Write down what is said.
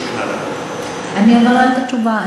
אני אברר ואתן תשובה.